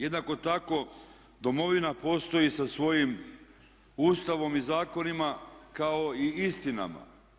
Jednako tako domovina postoji sa svojim Ustavom i zakonima kao i istinama.